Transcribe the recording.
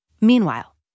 Meanwhile